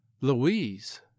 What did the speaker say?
Louise